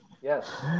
Yes